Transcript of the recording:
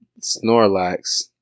Snorlax